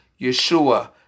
Yeshua